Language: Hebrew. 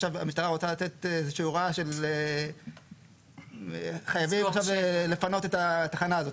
עכשיו המשטרה רוצה לתת הוראה שחייבים עכשיו לפנות את התחנה הזאת,